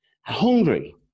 hungry